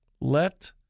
Let